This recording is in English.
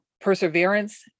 perseverance